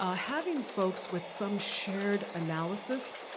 ah having folks with some shared analysis,